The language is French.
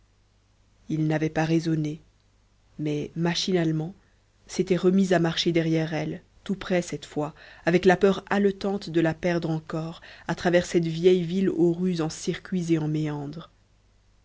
il n'avait pas raisonné mais machinalement s'était remis à marcher derrière elle tout près cette fois avec la peur haletante de la perdre encore à travers cette vieille ville aux rues en circuits et en méandres